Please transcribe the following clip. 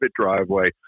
driveway